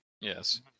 yes